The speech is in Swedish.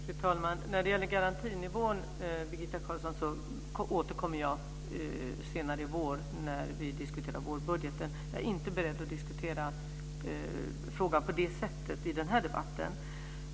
Fru talman! När det gäller garantinivån, Birgitta Carlsson, återkommer jag senare i vår när vi diskuterar vårbudgeten. Jag är inte beredd att diskutera frågan på det sättet i den här debatten.